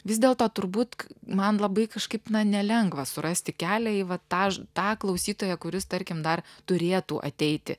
vis dėlto turbūt man labai kažkaip na nelengva surasti kelią į va tą tą klausytoją kuris tarkim dar turėtų ateiti